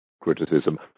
criticism